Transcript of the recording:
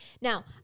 Now